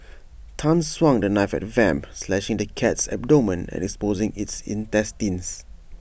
Tan swung the knife at Vamp slashing the cat's abdomen and exposing its intestines